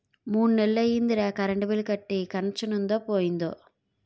మూడ్నెల్లయ్యిందిరా current bill కట్టీ కనెచ్చనుందో పోయిందో